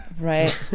Right